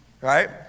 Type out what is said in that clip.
right